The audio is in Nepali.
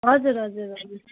हजुर हजुर हजुर